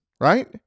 right